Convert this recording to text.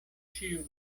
ĉiu